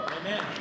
Amen